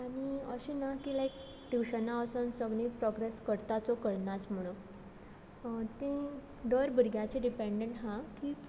आनी अशें ना की लायक ट्युशना वचून सगळीं प्रोग्रेस करताच वो करनाच म्हणून तीं दर भुरग्यांचेर डिपेंडंट आहा की